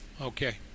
Okay